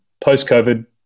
post-COVID